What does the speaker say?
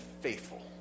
faithful